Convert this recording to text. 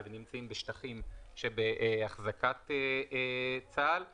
ונמצאים בשטחים שבאחזקת צבא הגנה לישראל.